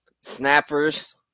Snappers